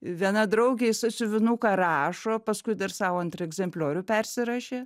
viena draugė į sąsiuvinuką rašo paskui dar sau antrą egzempliorių persirašė